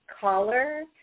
caller